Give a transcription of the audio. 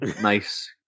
Nice